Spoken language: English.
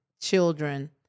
children